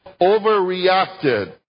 overreacted